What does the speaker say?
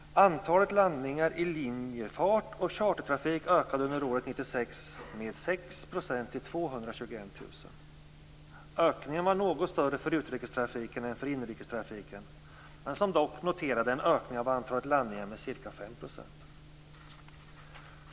Antalet landningar i linjefart och chartertrafik ökade under år 1996 med 6 % till 221 000. Ökningen var något större för utrikestrafiken än för inrikestrafiken, som dock noterade en ökning av antalet landningar med ca 5 %.